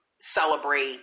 celebrate